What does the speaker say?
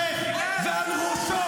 אין לך בעיה לשקר.